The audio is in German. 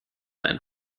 ein